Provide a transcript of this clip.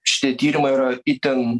šitie tyrimai yra itin